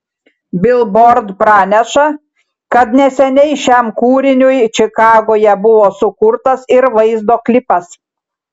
bilbord praneša kad neseniai šiam kūriniui čikagoje buvo sukurtas ir vaizdo klipas